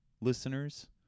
listeners